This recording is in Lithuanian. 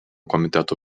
komiteto